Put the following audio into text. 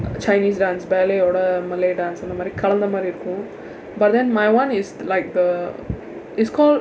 chinese dance ballet வோட:voda malay dance அந்த மாதிரி கலந்த மாதிரி இருக்கும்:antha maathiri kalantha maathiir irukkum but then my one is like the is called